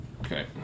Okay